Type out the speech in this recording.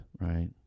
right